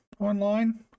online